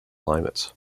climates